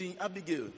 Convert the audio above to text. Abigail